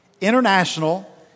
International